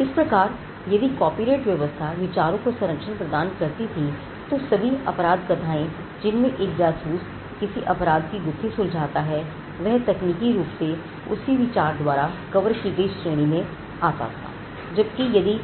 इस प्रकार यदि कॉपीराइट व्यवस्था विचारों को संरक्षण प्रदान करती थी तो सभी अपराध कथाएं जिसमें एक जासूस किसी अपराध की गुत्थी सुलझाता है वह तकनीकी रूप से उसी विचार द्वारा कवर की गई श्रेणी में आता था जबकि यदि